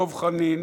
דב חנין,